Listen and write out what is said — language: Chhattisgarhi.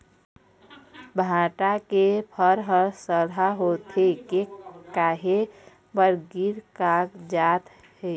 भांटा के फर हर सरहा होथे के काहे बर गिर कागजात हे?